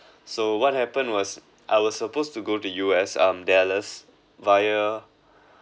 so what happened was I was supposed to go to U_S um dallas via